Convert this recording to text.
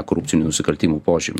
korupcinių nusikaltimų požymių